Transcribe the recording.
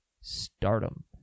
Stardom